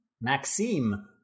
Maxime